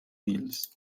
wheels